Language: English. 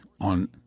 on